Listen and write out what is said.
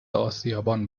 آسیابان